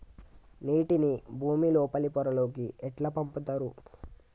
నీటిని భుమి లోపలి పొరలలోకి ఎట్లా పంపుతరు?